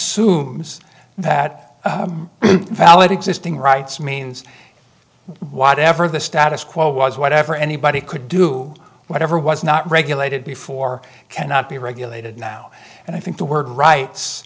es that valid existing rights means whatever the status quo was whatever anybody could do whatever was not regulated before cannot be regulated now and i think the word ri